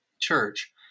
church